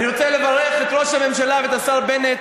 אני רוצה לברך את ראש הממשלה ואת השר בנט,